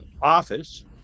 Office